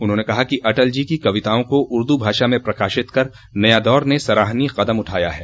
उन्होंने कहा कि अटल जी की कविताओं को उर्दू भाषा में प्रकाशित कर नया दौर ने सराहनीय कदम उठाया है